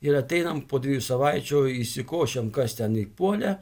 ir ateinam po dviejų savaičių išsikošiam kas ten įpuolę